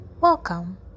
welcome